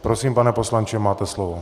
Prosím, pane poslanče, máte slovo.